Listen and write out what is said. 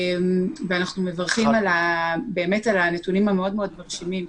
אנחנו מברכים על הנתונים המאוד מאוד מרשימים,